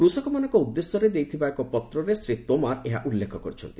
କୃଷକମାନଙ୍କ ଉଦ୍ଦେଶ୍ୟରେ ଦେଇଥିବା ଏକ ପତ୍ରରେ ଶ୍ରୀ ତୋମାର ଏହା ଉଲ୍ଲେଖ କରିଛନ୍ତି